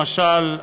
למשל,